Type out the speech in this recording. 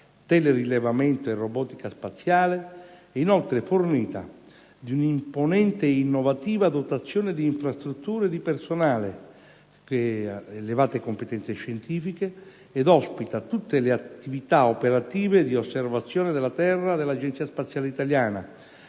telerilevamento e robotica spaziale; è, inoltre, fornita di un'imponente e innovativa dotazione di infrastrutture e di personale con elevate competenze scientifiche ed ospita tutte le attività operative di osservazione della terra dell'Agenzia spaziale italiana: